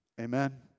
Amen